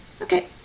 Okay